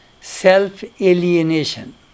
self-alienation